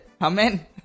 Amen